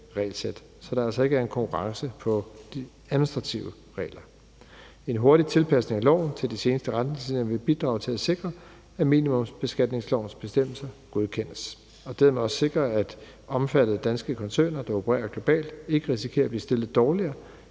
så der altså ikke er en konkurrence om de administrative regler. En hurtig tilpasning af loven til de seneste retningslinjer vil bidrage til at sikre, at minimumsbeskatningslovens bestemmelser godkendes, og dermed også sikre, at omfattede danske koncerner, der opererer globalt, ikke risikerer at blive stillet dårligere